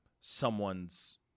someone's